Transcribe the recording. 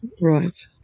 Right